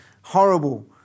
horrible